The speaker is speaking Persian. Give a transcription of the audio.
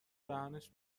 دهنش